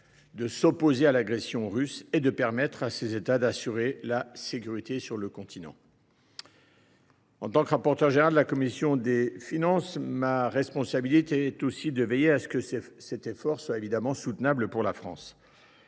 de s’opposer à l’agression russe et de permettre à ses États membres d’assurer la sécurité sur le continent. En tant que rapporteur général de la commission des finances du Sénat, ma responsabilité est aussi de veiller à ce que cet effort soit soutenable pour la France.